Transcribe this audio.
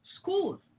schools